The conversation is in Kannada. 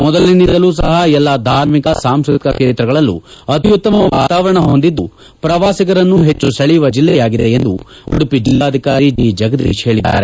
ಮೊದಲಿನಿಂದಲೂ ಸಹ ಎಲ್ಲಾ ಧಾರ್ಮಿಕ ಸಾಂಸ್ತತಿಕ ಕ್ಷೇತ್ರಗಳಲ್ಲೂ ಅತ್ಯುತ್ತಮ ವಾತಾವರಣ ಹೊಂದಿದ್ದು ಪ್ರವಾಸಿಗರನ್ನು ಹೆಚ್ಚು ಮನಸೆಳೆಯುವ ಜಿಲ್ಲೆಯಾಗಿದೆ ಎಂದು ಉಡುಪಿ ಜಿಲ್ಲಾಧಿಕಾರಿ ಜಿ ಜಗದೀಶ್ ಹೇಳಿದ್ದಾರೆ